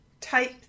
type